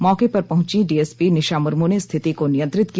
मौके पर पहुंचीं डीएसपी निशा मुर्मू ने स्थिति को नियंत्रित किया